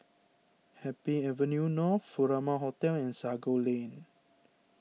Happy Avenue North Furama Hotel and Sago Lane